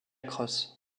cross